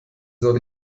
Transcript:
soll